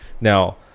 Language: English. Now